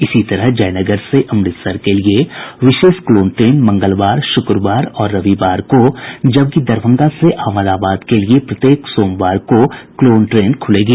इसी तरह जयनगर से अमुसर के लिए विशेष क्लोन ट्रेन मंगलवार शुक्रवार और रविवार को जबकि दरभंगा से अहमदाबाद के लिए प्रत्येक सोमवार को क्लोन ट्रेन खूलेगी